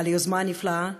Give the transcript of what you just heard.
על היוזמה הנפלאה.